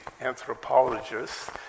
anthropologists